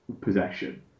possession